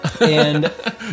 and-